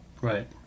right